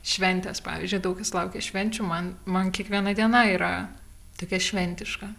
šventės pavyzdžiui daug kas laukia švenčių man man kiekviena diena yra tokia šventiška